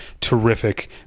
terrific